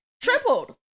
Tripled